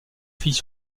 fille